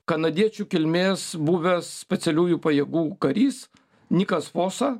kanadiečių kilmės buvęs specialiųjų pajėgų karys nikas fosa